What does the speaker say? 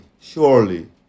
surely